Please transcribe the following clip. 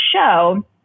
show